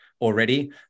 already